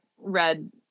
read